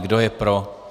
Kdo je pro?